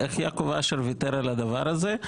איך יעקב אשר ויתר על הדבר הזה,